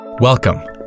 Welcome